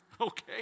okay